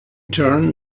turn